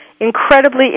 incredibly